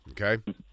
okay